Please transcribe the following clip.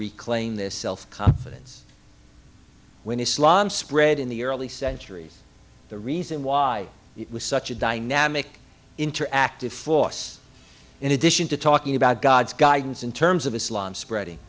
reclaim this self confidence when islam spread in the early centuries the reason why it was such a dynamic interactive force in addition to talking about god's guidance in terms of islam spreading